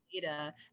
data